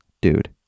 dude